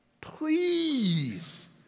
Please